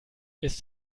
ist